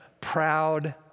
proud